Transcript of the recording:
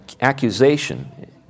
accusation